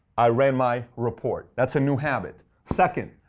i ran my report. that's a new habit. second,